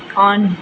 on